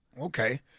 Okay